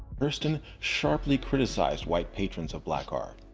hurston sharply criticized white patrons of black art.